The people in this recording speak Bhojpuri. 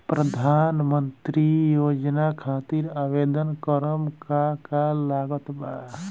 प्रधानमंत्री योजना खातिर आवेदन करम का का लागत बा?